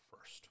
first